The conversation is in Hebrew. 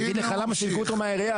אני אגיד לך למה, סילקו אותו מהעירייה.